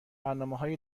برنامههای